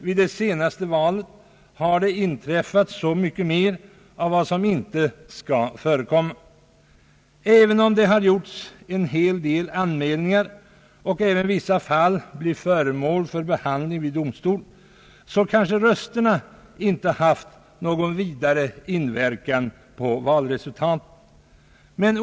Vid det senaste valet däremot har det inträffat så mycket mer av vad som inte skall förekomma. Även om det har gjorts en hel del anmälningar och även om vissa fall blir föremål för behandling i domstol, kanske rösterna inte har haft någon större inverkan på valresultatet.